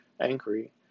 angry